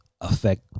affect